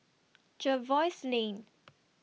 Jervois Lane